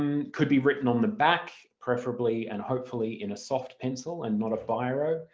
um could be written on the back, preferably and hopefully in a soft pencil and not a biro.